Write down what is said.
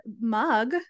mug